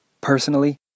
Personally